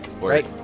right